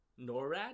NORAD